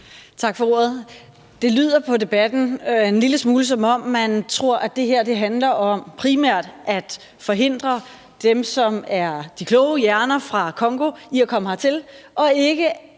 Tak for ordet. Det lyder på debatten, en lille smule som om man tror, at det her primært handler om at forhindre de kloge hjerner fra Congo i at komme hertil og ikke